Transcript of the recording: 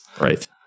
Right